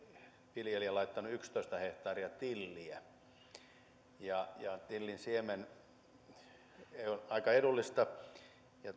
viljelijä laittanut yksitoista hehtaaria tilliä tillin siemen on aika edullinen ja